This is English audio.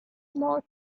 more